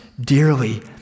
dearly